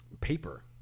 paper